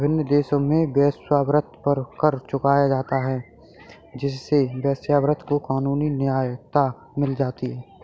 विभिन्न देशों में वेश्यावृत्ति पर कर चुकाया जाता है जिससे वेश्यावृत्ति को कानूनी मान्यता मिल जाती है